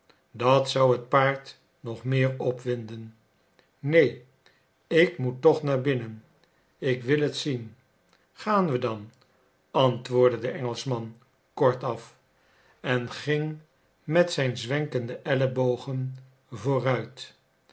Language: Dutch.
dat zou het paard nog meer opwinden neen ik moet toch naar binnen ik wil het zien gaan we dan antwoordde de engelschman kortaf en ging met zijn zwenkende ellebogen vooruit